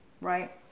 right